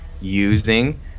using